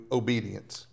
obedience